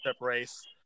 race